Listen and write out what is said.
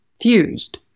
fused